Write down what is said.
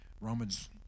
Romans